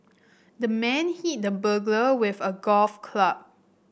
the man hit the burglar with a golf club